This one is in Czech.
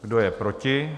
Kdo je proti?